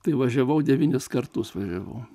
tai važiavau devynis kartus važiavau